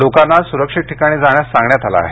लोकांना स्रक्षित ठिकाणी जाण्यास सांगण्यात आलं आहे